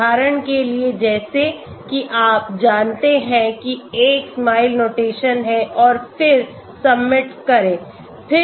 उदाहरण के लिए जैसे कि आप जानते हैं कि एक SMILE नोटेशन है और फिर सबमिट करें